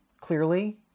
Clearly